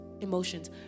emotions